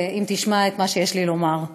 ותשמע את מה שיש לי לומר.